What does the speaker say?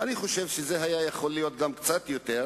ואני רוצה שנביע ברכה וקבלת פנים טובה כלפי הביקור החשוב הזה.